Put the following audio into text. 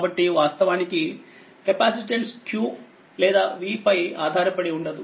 కాబట్టి వాస్తవానికి capacitance q లేదా v పై ఆధారపడిఉండదు